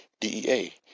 DEA